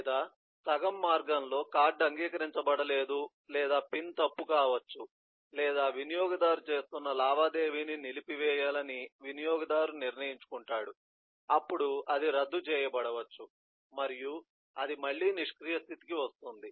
లేదా సగం మార్గంలో కార్డ్ అంగీకరించబడలేదు లేదా పిన్ తప్పు కావచ్చు లేదా వినియోగదారు చేస్తున్న లావాదేవీని నిలిపివేయాలని వినియోగదారు నిర్ణయించుకుంటాడు అప్పుడు అది రద్దు చేయబడవచ్చు మరియు అది మళ్ళీ నిష్క్రియ స్థితికి వస్తుంది